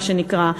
מה שנקרא,